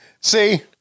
See